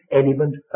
element